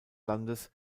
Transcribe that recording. landes